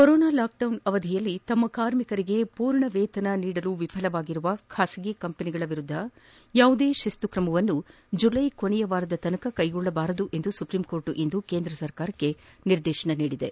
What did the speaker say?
corona lockdown ಅವಧಿಯಲ್ಲಿ ತಮ್ನ ಕಾರ್ಮಿಕರಿಗೆ ಮೂರ್ಣ ವೇತನ ನೀಡಲು ವಿಫಲವಾಗಿರುವ ಬಾಸಗಿ ಕಂಪನಿಗಳ ವಿರುದ್ದ ಯಾವುದೇ ಶಿಸ್ತು ಕ್ರಮವನ್ನು ಜುಲೈ ಕೊನೆಯವಾರದವರೆಗೆ ಕೈಗೊಳ್ಳಬಾರದು ಎಂದು ಸುಪ್ರೀಂಕೋರ್ಟ್ ಇಂದು ಸರ್ಕಾರಕ್ಷೆ ನಿರ್ದೇಶಿಸಿದೆ